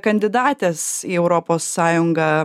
kandidatės į europos sąjungą